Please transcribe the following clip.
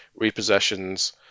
repossessions